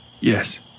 Yes